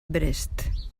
brest